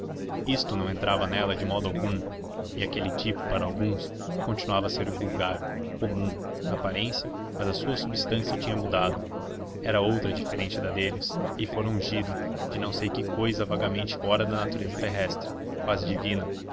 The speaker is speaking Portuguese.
isto não entrava nela de modo algum e aquele tipo para alguns continuava a ser vulgar comum na aparência mas a sua substância tinha mudado era outra diferente da deles e fora ungido de não sei que cousa vagamente fora da natureza terrestre quase divina